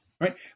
Right